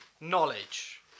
knowledge